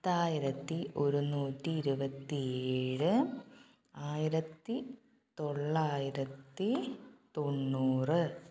പത്തായിരത്തി ഒരുന്നൂറ്റി ഇരുപത്തി ഏഴ് ആയിരത്തി തൊള്ളായിരത്തി തൊണ്ണൂറ്